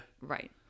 right